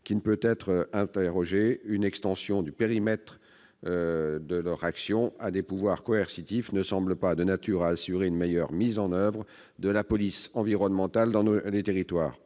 du patrimoine naturel. Une extension du périmètre de leur action à des pouvoirs coercitifs ne semble pas de nature à assurer une meilleure mise en oeuvre de la police environnementale dans les territoires.